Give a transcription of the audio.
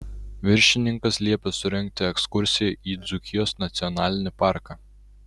viršininkas liepė surengti ekskursiją į dzūkijos nacionalinį parką